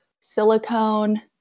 silicone